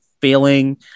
failing